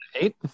eight